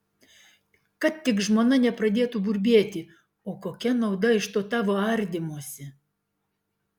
kad tik žmona nepradėtų burbėti o kokia nauda iš to tavo ardymosi